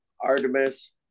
Artemis